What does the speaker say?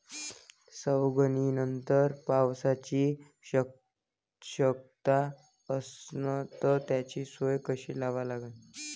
सवंगनीनंतर पावसाची शक्यता असन त त्याची सोय कशी लावा लागन?